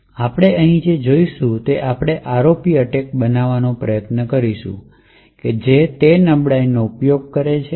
પરંતુ આપણે અહીં જે જોશું તે છે આપણે ROP એટેક બનાવવાનો પ્રયત્ન કરીશું જે તે નબળાઈનો ઉપયોગ કરે છે